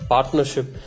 Partnership